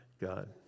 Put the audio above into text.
God